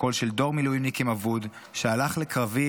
קול של דור מילואימניקים אבוד שהלך לקרבי